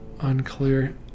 unclear